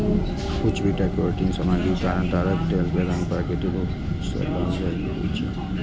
उच्च beta carotene सामग्रीक कारण ताड़क तेल के रंग प्राकृतिक रूप सं लाल होइ छै